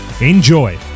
Enjoy